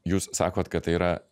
jūs sakot kad tai yra